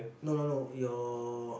no no no your